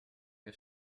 que